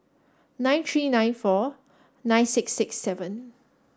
nine three nine four nine six six seven